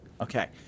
Okay